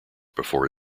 before